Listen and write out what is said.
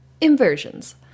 inversions